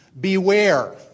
beware